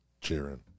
cheering